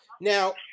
Now